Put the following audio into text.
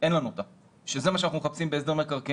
אין לנו אותה וזה מה שאנחנו מחפשים בנושא המקרקעין.